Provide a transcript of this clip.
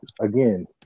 again